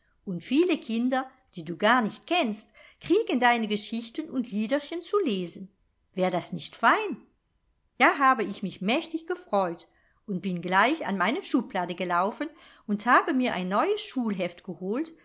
und viele kinder die du garnicht kennst kriegen deine geschichten und liederchen zu lesen wär das nicht fein da habe ich mich mächtig gefreut und bin gleich an meine schublade gelaufen und habe mir ein neues schulheft geholt